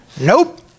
Nope